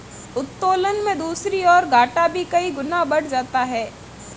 उत्तोलन में दूसरी ओर, घाटा भी कई गुना बढ़ जाता है